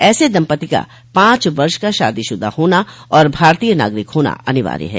ऐसे दम्पति का पांच वर्ष का शादीशुदा होना और भारतीय नागरिक होना अनिवार्य है